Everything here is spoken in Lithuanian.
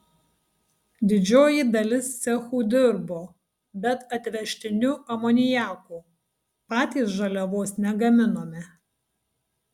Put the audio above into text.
didžioji dalis cechų dirbo bet atvežtiniu amoniaku patys žaliavos negaminome